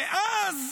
ואז